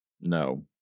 No